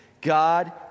God